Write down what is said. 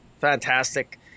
fantastic